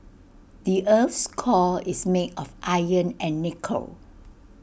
the Earth's core is made of iron and nickel